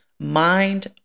Mind